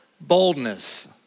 boldness